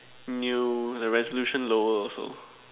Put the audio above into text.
new the resolution lower also